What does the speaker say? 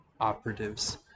operatives